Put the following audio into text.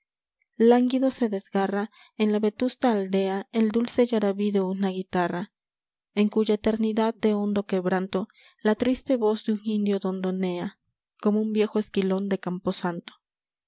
lánguido se desgarra en la vetusta aldea el dulce yaraví de una guitarra en cuya eternidad de hondo quebranto la triste voz de un indio dondonea como un viejo esquilón de camposanto